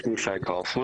שמי שי קאופמן,